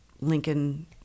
Lincoln